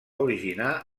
originar